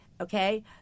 Okay